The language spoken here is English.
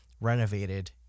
renovated